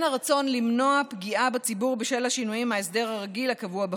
הרצון למנוע פגיעה בציבור בשל השינויים מההסדר הרגיל הקבוע בחוק.